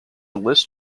list